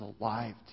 alive